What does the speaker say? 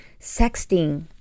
sexting